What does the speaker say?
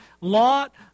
Lot